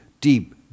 deep